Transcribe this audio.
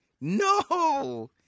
No